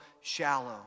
shallow